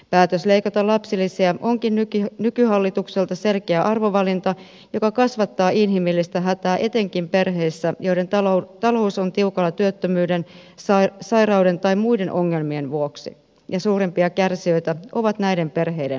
päätös leikata lapsilisiä onkin nykyhallitukselta selkeä arvovalinta joka kasvattaa inhimillistä hätää etenkin perheissä joiden talous on tiukalla työttömyyden sairauden tai muiden ongelmien vuoksi ja suurimpia kärsijöitä ovat näiden perheiden lapset